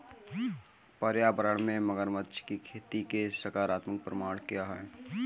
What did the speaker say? पर्यावरण में मगरमच्छ की खेती के सकारात्मक परिणाम क्या हैं?